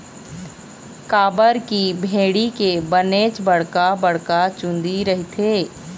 काबर की भेड़ी के बनेच बड़का बड़का चुंदी रहिथे